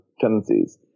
tendencies